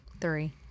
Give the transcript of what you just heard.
three